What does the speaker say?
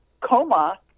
coma